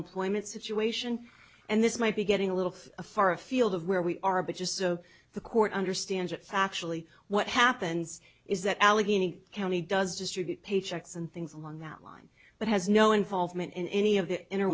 employment situation and this might be getting a little far afield of where we are but just so the court understands it's actually what happens is that allegheny county does distribute paychecks and things along that line but has no involvement in any of the inner